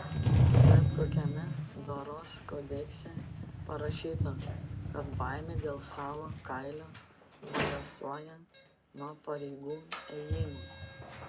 bet kokiame doros kodekse parašyta kad baimė dėl savo kailio paliuosuoja nuo pareigų ėjimo